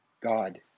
God